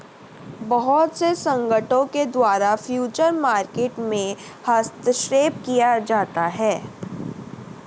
बहुत से संगठनों के द्वारा फ्यूचर मार्केट में हस्तक्षेप किया जाता है